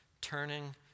turning